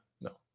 no